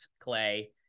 Clay